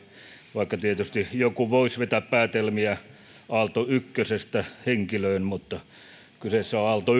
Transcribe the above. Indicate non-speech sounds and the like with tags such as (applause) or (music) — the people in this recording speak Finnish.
vaikka tietysti joku voisi vetää päätelmiä aalto ykkösestä henkilöön mutta kyseessä on on aalto (unintelligible)